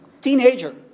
teenager